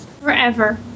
Forever